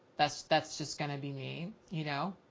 that's that's just going to be me, you know,